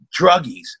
druggies